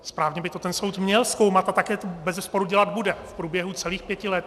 Správně by to ten soud měl zkoumat a také to bezesporu dělat bude v průběhu celých pěti let.